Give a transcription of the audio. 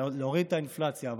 להוריד את האינפלציה.